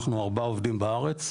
אנחנו ארבעה עובדים בארץ,